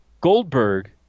Goldberg